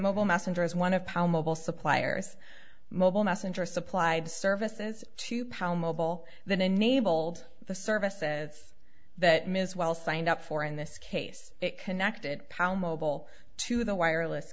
mobile messenger is one of power mobile suppliers mobile messenger supplied services to power mobile that enabled the services that ms well signed up for in this case it connected pound mobile to the wireless